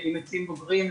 עצים בוגרים,